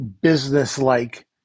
business-like